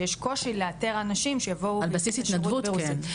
שיש קושי לאתר אנשים שיבואו על בסיס התנדבות ברוסית,